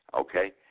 okay